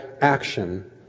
action